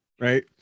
right